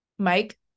Mike